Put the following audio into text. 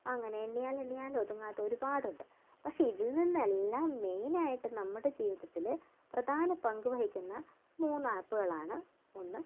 അങ്ങനെ എണ്ണിയാൽ എണ്ണിയാലൊതുങ്ങാത്ത ഒരുപാടുണ്ട് പക്ഷേ ഇതിൽ നിന്നെല്ലാം മെയിനായിട്ടും നമ്മുടെ ജീവിതത്തിൽ പ്രധാന പങ്കുവഹിക്കുന്ന മൂന്ന് ആപ്പുകളാണ് ഒന്ന്